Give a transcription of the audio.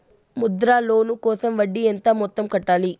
Mudra loan కోసం వడ్డీ ఎంత మొత్తం కట్టాలి